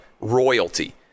royalty